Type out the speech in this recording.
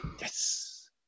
Yes